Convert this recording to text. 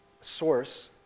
source